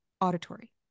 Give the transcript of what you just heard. auditory